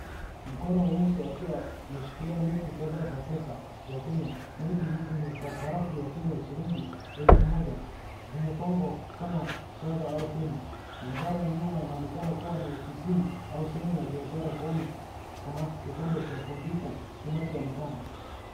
Mkono wa mtu akiwa ameshikilia noti kadhaa za pesa za Kenya. Noti hizi ni za sarafu ya Kenya ya shilingi elfu moja. Zimepangwa kama shadha au feni. Mandhari ya nyuma inaonekana kuwa ni ofisini au sehemu ya biashara kwani kuna kipande cha kompyuta kinachoonekana.